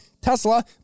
Tesla